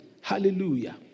Hallelujah